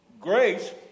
grace